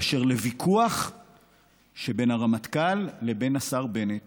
באשר לוויכוח שבין הרמטכ"ל לבין השר בנט